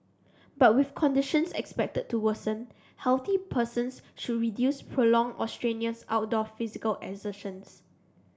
but with conditions expected to worsen healthy persons should reduce prolonged or strenuous outdoor physical exertion